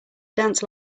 dance